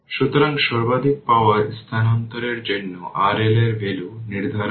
সুতরাং এটি vt এবং এই একই i 3 এই এক এবং এই এক জুড়ে ইম্প্রেসড